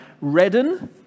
redden